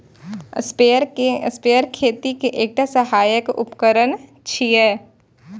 sprayer खेती के एकटा सहायक उपकरण छियै